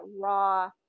raw